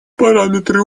параметры